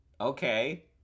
Okay